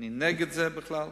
אני נגד זה בכלל.